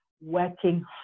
working